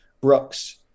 Brooks